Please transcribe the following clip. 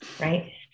right